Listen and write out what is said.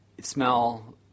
smell